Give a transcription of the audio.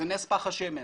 זה נס פך השמן.